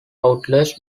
outlets